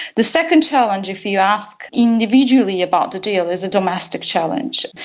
the second challenge, if you ask individually about the deal, is a domestic challenge.